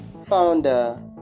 founder